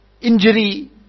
injury